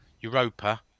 Europa